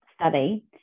study